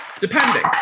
depending